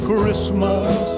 christmas